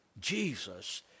Jesus